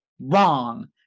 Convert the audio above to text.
Wrong